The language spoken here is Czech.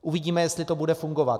Uvidíme, jestli to bude fungovat.